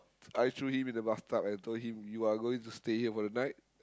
I threw him in the bathtub and told him you are going to stay here for the night